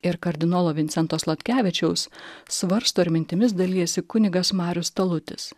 ir kardinolo vincento sladkevičiaus svarsto ir mintimis dalijasi kunigas marius talutis